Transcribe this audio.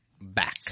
back